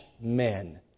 men